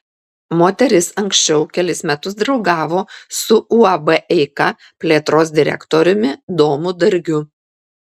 moteris anksčiau kelis metus draugavo su uab eika plėtros direktoriumi domu dargiu